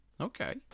Okay